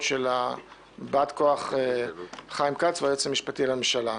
של באת הכוח של חיים כץ והיועץ המשפטי לממשלה,